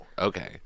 Okay